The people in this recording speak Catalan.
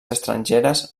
estrangeres